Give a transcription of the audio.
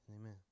amen